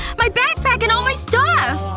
my backpack and all my stuff!